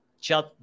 Chat